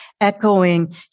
echoing